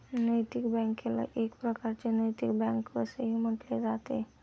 नैतिक बँकेला एक प्रकारची नैतिक बँक असेही म्हटले जाते